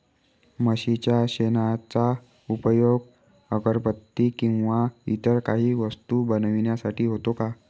म्हशीच्या शेणाचा उपयोग अगरबत्ती किंवा इतर काही वस्तू बनविण्यासाठी होतो का?